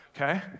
Okay